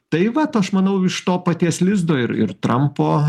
tai vat aš manau iš to paties lizdo ir ir trampo